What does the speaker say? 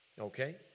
Okay